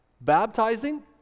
baptizing